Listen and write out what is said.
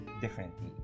differently